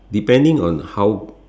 depending on how